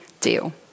deal